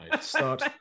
start